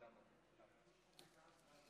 שמציין את שחרור אושוויץ-בירקנאו לפני 76